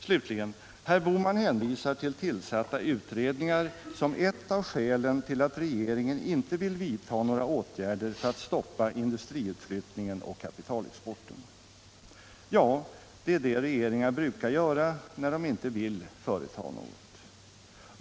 Slutligen: Herr Bohman hänvisar till tillsatta utredningar som ett av skälen till att regeringen inte vill vidta några åtgärder för att stoppa industriutflyttningen och kapitalexporten. Ja, det är det regeringar brukar göra när de inte vill företa något.